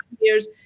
years